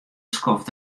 skoft